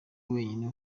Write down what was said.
wenyine